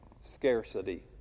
scarcity